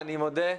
אני מודה.